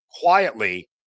quietly